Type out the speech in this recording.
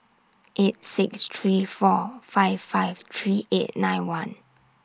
eight six three four five five three eight nine one